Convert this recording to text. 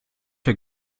der